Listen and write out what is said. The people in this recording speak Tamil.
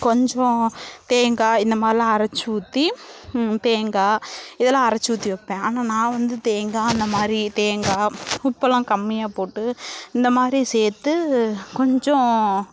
கொஞ்சம் தேங்காய் இந்தமாதிரிலான் அரைச்சு ஊற்றி தேங்காய் இதெல்லாம் அரைச்சி ஊற்றி வைப்பேன் ஆனால் நான் வந்து தேங்காய் அந்தமாதிரி தேங்காய் உப்பெல்லாம் கம்மியாக போட்டு இந்தமாதிரி சேர்த்து கொஞ்சம்